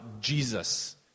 Jesus